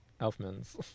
Elfman's